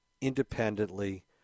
independently